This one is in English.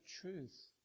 truth